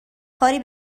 کاری